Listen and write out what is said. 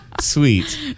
sweet